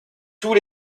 tous